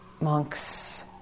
monks